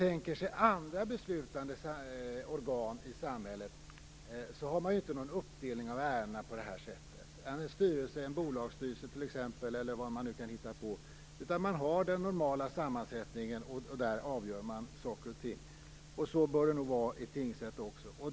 När det gäller andra beslutande organ i samhället finns det ju inte någon uppdelning av ärenden på det här sättet - t.ex. en bolagsstyrelse - utan det är den normala sammansättningen och där avgörs saker och ting. Så bör det nog vara i tingsrätten också.